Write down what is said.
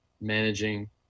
managing